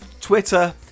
Twitter